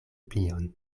plion